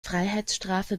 freiheitsstrafe